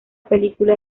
película